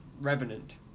Revenant